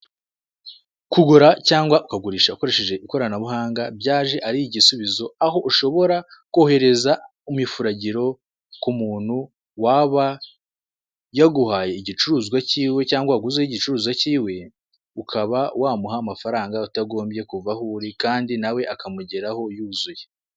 Kugura cyangwa ukagurisha ukoresheje ikoranabuhanga byaje ari igisubizo aho ushobora kohereza umufuragiro ku muntu waba yaguhaye igicuruzwa cy'iwe cyangwa waguze igicuruzo cyiwe, ukaba wamuha amafaranga utagombye kuva aho uri, kandi nawe akamugeraho yuzuye.